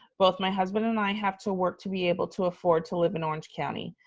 both my husband and i have to work to be able to afford to live in orange county.